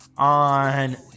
on